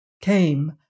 came